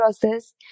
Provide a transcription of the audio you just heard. process